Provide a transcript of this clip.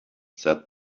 said